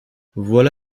voilà